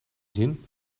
zin